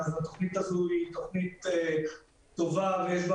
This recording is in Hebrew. התוכנית הזו היא תוכנית טובה ויש בה